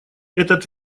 этот